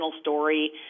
story